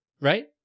Right